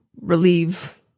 relieve